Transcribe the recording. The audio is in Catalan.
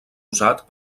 usat